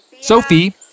Sophie